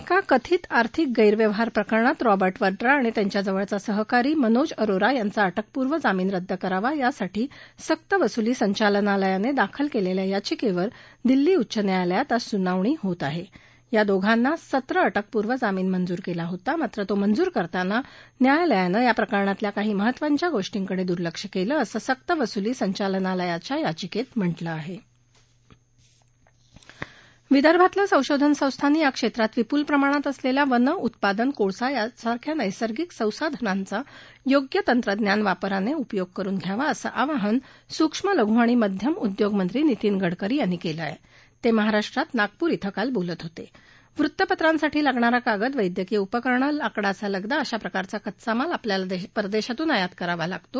एका कथित आर्थिक गैरव्यवहार प्रकरणात रॉबा ध्रा आणि त्यांचा जवळचा सहकारी मनोज अरोरा यांचा अ क्रिपूर्व जामीन रद्द करावा यासाठी सक्तवसुली संचालनालयानं दाखल क्लिखा याचिक्कर दिल्ली उच्च न्यायालयात आज सुनावणी होणार आह आ दोघांना सत्र अ क्रिपूर्व जामीन मंजूर कल्ला होता मात्र तो मंजूर करताना न्यायालयानं या प्रकरणातल्या काही महत्वाच्या गोर्टीकडवुर्लश कल्ल असं सक्तवसुली संचालनालयाच्या याचिकत्तिम्हानिं आहा विदर्भातल्या संशोधन संस्थांनी या क्षम्र्ति विपुल प्रमाणात असलख्या वन उत्पादनं कोळसा यांसारख्या नैसर्गिक संसाधनांचा योग्य तंत्रज्ञानाच्या वापरानं उपयोग करून घ्यावा असं आवाहन सुक्ष्म लघु आणि मध्यम उद्योगमंत्री नितीन गडकरी यांनी म्हा कें आह केहाराष्ट्रातल्या नागपूर धिं काल तब्रिलत होत गृत्तपत्रांसाठी लागणारा कागद वैद्यकीय उपकरणं लाकडाचा लगदा अशा प्रकारचा कच्चा माल आपल्याला परदधीतून आयात करावा लागतो